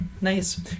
Nice